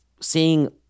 seeing